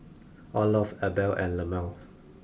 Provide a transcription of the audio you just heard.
Olof Abel and Lemuel